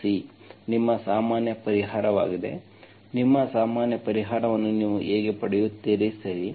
ನಿಮ್ಮ ಸಾಮಾನ್ಯ ಪರಿಹಾರವಾಗಿದೆ ನಿಮ್ಮ ಸಾಮಾನ್ಯ ಪರಿಹಾರವನ್ನು ನೀವು ಹೇಗೆ ಪಡೆಯುತ್ತೀರಿ